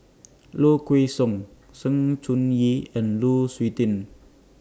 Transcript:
Low Kway Song Sng Choon Yee and Lu Suitin